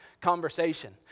conversation